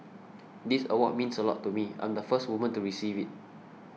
this award means a lot to me I'm the first woman to receive it